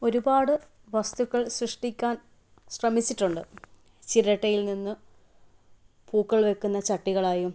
ഒരുപാട് വസ്തുക്കൾ സൃഷിട്ടിക്കാൻ ശ്രമിച്ചിട്ടുണ്ട് ചിരട്ടയിൽ നിന്ന് പൂക്കൾ വെക്കുന്ന ചട്ടികളായും